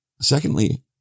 secondly